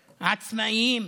עצמאים,